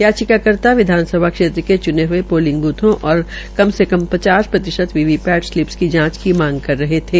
याचिका कर्ता विधानसभा क्षेत्र के च्ने हये पोलिंग बूथों और कम से कम पचास प्रतिशत वीवीपैट सपिल की जांच की मांग कर रहे थे